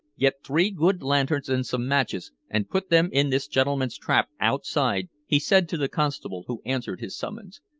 get three good lanterns and some matches, and put them in this gentleman's trap outside, he said to the constable who answered his summons.